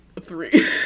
three